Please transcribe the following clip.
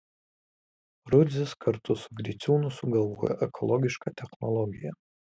rudzis kartu su griciūnu sugalvojo ekologišką technologiją